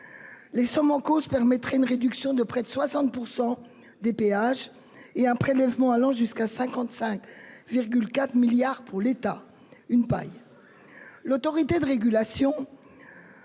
Les sommes en cause permettraient une réduction de près de 60 % des péages ou un prélèvement allant jusqu'à 55,4 milliards d'euros pour l'État- une paille